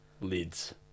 Lids